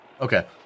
Okay